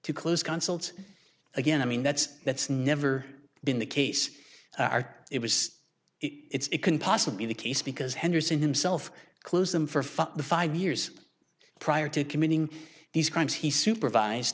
to close consulates again i mean that's that's never been the case are it was it couldn't possibly the case because henderson himself closed them for for the five years prior to committing these crimes he supervised